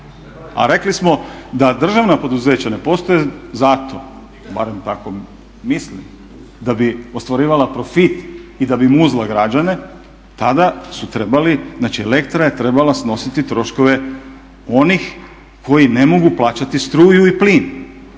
a rekli smo da državna poduzeća ne postoje zato, barem tako mislim da bi ostvarivala profit i da bi muzla građane tada su trebali, znači elektra je trebala snositi troškove onih koji ne mogu plaćati struju i plin